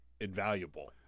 invaluable